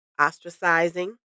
ostracizing